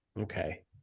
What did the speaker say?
Okay